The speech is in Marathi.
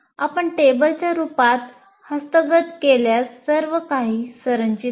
आपण टेबलच्या रुपात हस्तगत केल्यास सर्व काही संरचित होते